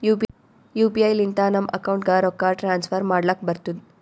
you P I ಲಿಂತ ನಮ್ ಅಕೌಂಟ್ಗ ರೊಕ್ಕಾ ಟ್ರಾನ್ಸ್ಫರ್ ಮಾಡ್ಲಕ್ ಬರ್ತುದ್